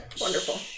Wonderful